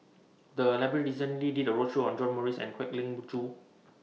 The Library recently did A roadshow on John Morrice and Kwek Leng Joo